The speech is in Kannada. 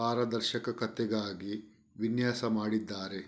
ಪಾರದರ್ಶಕತೆಗಾಗಿ ವಿನ್ಯಾಸ ಮಾಡಿದ್ದಾರೆ